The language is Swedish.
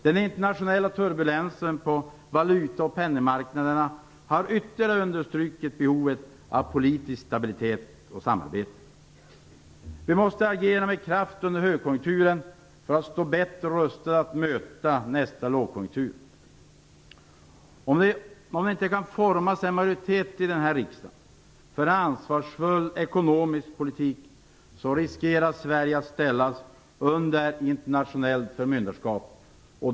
Den internationella turbulensen på valuta och penningmarknaderna har ytterligare understrukit behovet av politisk stabilitet och samarbete. Vi måste agera med kraft under högkonjunkturen för att stå bättre rustade att möta nästa lågkonjunktur. Om det inte kan formas en majoritet i den här riksdagen för ansvarsfull ekonomisk politik, riskerar Sverige att ställas under internationellt förmyndarskap.